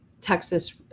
Texas